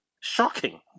shocking